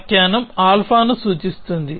వ్యాఖ్యానం α ను సూచిస్తుంది